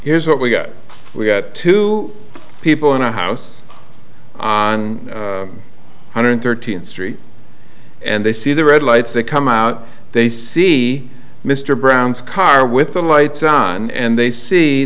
here's what we got we got two people in a house on hundred thirteenth street and they see the red lights they come out they see mr brown's car with the lights on and they see